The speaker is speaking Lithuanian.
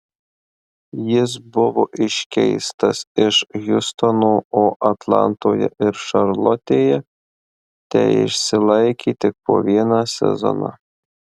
jis buvo iškeistas iš hjustono o atlantoje ir šarlotėje teišsilaikė tik po vieną sezoną